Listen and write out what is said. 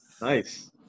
Nice